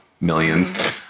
millions